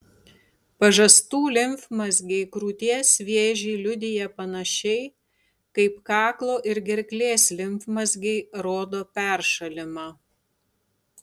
pažastų limfmazgiai krūties vėžį liudija panašiai kaip kaklo ir gerklės limfmazgiai rodo peršalimą